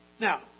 Now